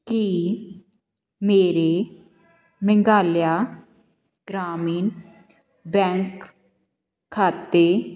ਕੀ ਮੇਰੇ ਮੇਘਾਲਿਆ ਗ੍ਰਾਮੀਨ ਬੈਂਕ ਖਾਤੇ